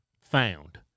found